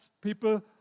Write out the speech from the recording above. people